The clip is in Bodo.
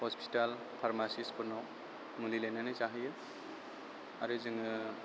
हस्पिटाल फार्मासिस्टफोरनाव मुलि लायनानै जाहोयो आरो जोङो